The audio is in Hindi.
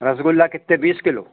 रसगुल्ला कितने बीस किलो